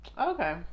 Okay